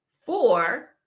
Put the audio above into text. Four